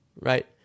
right